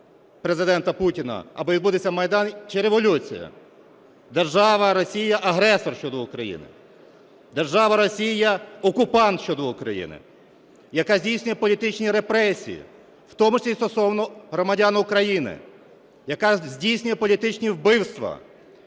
Президента Путіна, або відбудеться Майдан чи Революція. Держава Росія – агресор щодо України. Держава Росія – окупант щодо України. Яка здійснює політичні репресії, в тому числі стосовно громадян України, яка здійснює політичні вбивства,